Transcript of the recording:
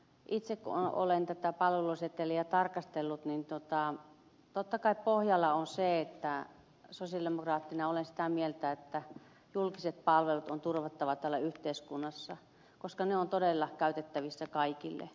itse kun olen tätä palveluseteliä tarkastellut niin totta kai pohjalla on se että sosialidemokraattina olen sitä mieltä että julkiset palvelut on turvattava yhteiskunnassa koska ne ovat todella käytettävissä kaikille